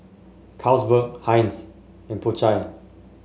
Carlsberg Heinz and Po Chai